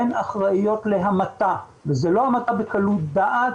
הן אחראיות להמתה וזאת לא המתה בקלות דעת